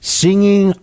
singing